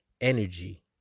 energy